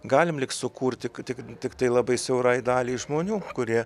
galim lyg sukurti tik tiktai labai siaurai daliai žmonių kurie